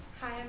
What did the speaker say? Hi